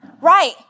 Right